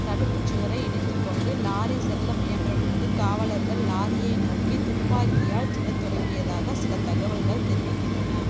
தடுப்புச்சுவரை இடித்துக்கொண்டு லாரி செல்ல முயன்றபோது காவலர்கள் லாரியை நோக்கி துப்பாக்கியால் சுடத் தொடங்கியதாக சில தகவல்கள் தெரிவிக்கின்றன